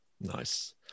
Nice